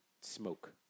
smoke